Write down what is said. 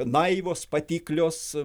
naivos patiklios